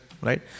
right